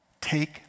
Take